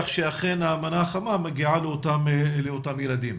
שאכן המנה החמה מגיעה לאותם ילדים,